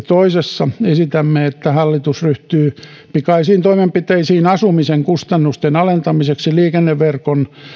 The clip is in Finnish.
toisessa esitämme että hallitus ryhtyy pikaisiin toimenpiteisiin asumisen kustannusten alentamiseksi liikenneverkon